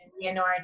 Leonora